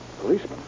Policeman